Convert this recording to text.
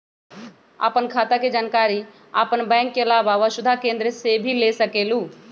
आपन खाता के जानकारी आपन बैंक के आलावा वसुधा केन्द्र से भी ले सकेलु?